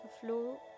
flow